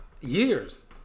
Years